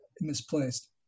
misplaced